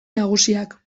nagusiak